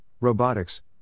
robotics